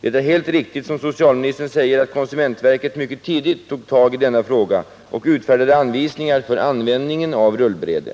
Det är helt riktigt, som socialministern säger, att konsumentverket mycket tidigt tog tag i frågan och utfärdade anvisningar för användningen av rullbräde.